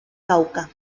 cauca